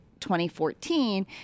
2014